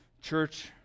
church